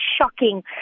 shocking